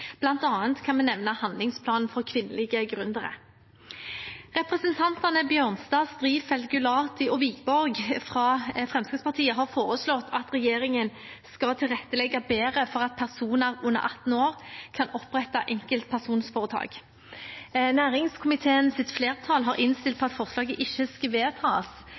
kan jeg nevne handlingsplan for kvinnelige gründere. Representantene Bjørnstad, Strifeldt, Gulati og Wiborg fra Fremskrittspartiet har foreslått at regjeringen skal tilrettelegge bedre for at personer under 18 år kan opprette enkeltpersonforetak. Næringskomiteens flertall har innstilt på at forslaget ikke skal vedtas,